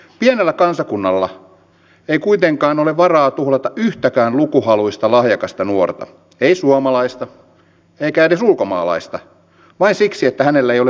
pienellä kansakunnalla ei kuitenkaan ole varaa tuhlata yhtäkään lukuhaluista lahjakasta nuorta ei suomalaista eikä edes ulkomaalaista vain siksi että hänellä ei ole varaa opiskella